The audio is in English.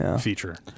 feature